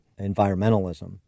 environmentalism